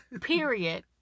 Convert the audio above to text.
period